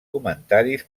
comentaris